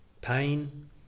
pain